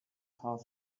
half